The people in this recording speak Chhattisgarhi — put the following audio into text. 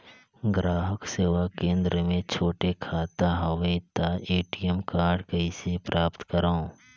ग्राहक सेवा केंद्र मे छोटे खाता हवय त ए.टी.एम कारड कइसे प्राप्त करव?